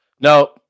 No